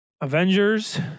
Avengers